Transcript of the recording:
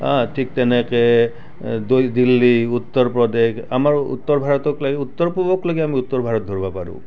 ঠিক তেনেকৈ দৈ দিল্লী উত্তৰ প্ৰদেশ আমাৰ উত্তৰ ভাৰতক লৈ উত্তৰ পূবকলৈকে আমি উত্তৰ ভাৰত ধৰিব পাৰোঁ